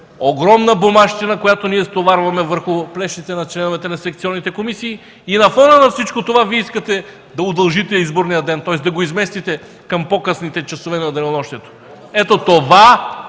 Огромна бумащина, която ние стоварваме върху плещите на членовете на секционните комисии, и на фона на всичко това Вие искате да удължите изборния ден, да го изместите към по-късните часове на денонощието. Ето това